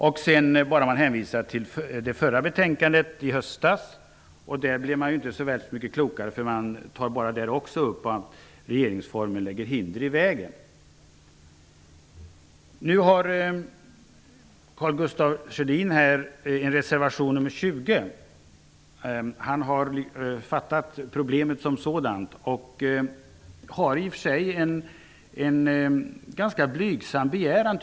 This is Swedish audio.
Man nöjer sig med att hänvisa till det betänkandet från i höstas. Men om man läser det blir man inte särskilt klokare. Där säger utskottet nämligen också bara att regeringsformen lägger hinder i vägen. Karl Gustaf Sjödin har avgett en reservation, reservation nr 20. Han har förstått problemet som sådant men har en i och för sig ganska blygsam begäran.